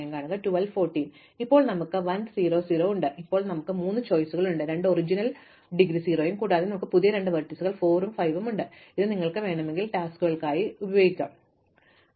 അതിനാൽ ഇപ്പോൾ ഞങ്ങൾക്ക് 1 0 0 ഉണ്ട് ഇപ്പോൾ ഞങ്ങൾക്ക് മൂന്ന് ചോയിസുകൾ ഉണ്ട് രണ്ട് ഒറിജിനൽ ഒന്ന് ഡിഗ്രി 0 ആണ് കൂടാതെ നിങ്ങൾക്ക് രണ്ട് പുതിയ വെർട്ടീസുകൾ 4 ഉം 5 ഉം ഉണ്ട് അവ നിങ്ങൾക്ക് വിളിക്കണമെങ്കിൽ ടാസ്ക്കുകളുമായി യോജിക്കുന്നു ആരുടെ മുൻവ്യവസ്ഥ പൂർത്തിയായി